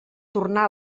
tornar